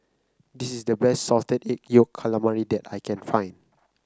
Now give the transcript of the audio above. this is the best Salted Egg Yolk Calamari that I can find